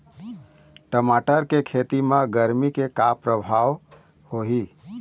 टमाटर के खेती म गरमी के का परभाव होही?